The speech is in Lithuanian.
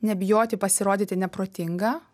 nebijoti pasirodyti neprotinga